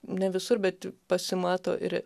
ne visur bet pasimato ir